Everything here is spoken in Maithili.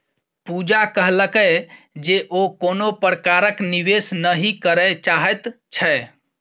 पूजा कहलकै जे ओ कोनो प्रकारक निवेश नहि करय चाहैत छै